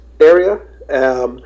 area